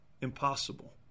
Impossible